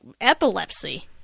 epilepsy